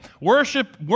Worship